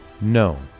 No